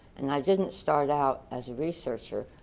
and i didn't' start out as a researcher.